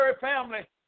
family